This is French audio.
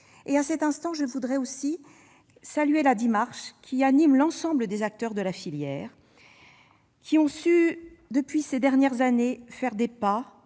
À cet instant, je voudrais saluer l'esprit qui anime l'ensemble des acteurs de la filière, qui ont su, ces dernières années, faire des pas